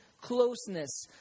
closeness